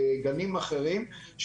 לגנים אחרים,